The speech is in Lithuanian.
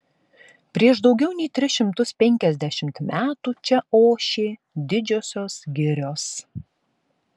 prieš daugiau nei tris šimtus penkiasdešimt metų čia ošė didžiosios girios